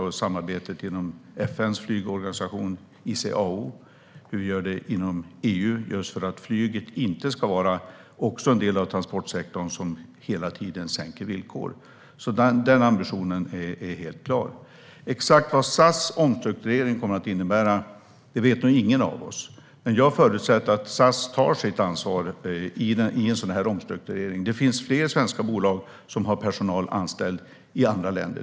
Det handlar om samarbetet inom FN:s flygorganisation ICAO och om hur vi gör inom EU just för att flyget inte ska vara en del av transportsektorn som hela tiden försämrar villkor. Den ambitionen är helt klar. Exakt vad SAS omstrukturering kommer att innebära vet nog ingen av oss. Men jag förutsätter att SAS tar sitt ansvar i en sådan omstrukturering. Det finns fler svenska bolag som har personal anställd i andra länder.